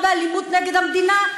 בטרוריסטים או תמיכה באלימות נגד המדינה,